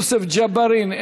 יוסף ג'בארין,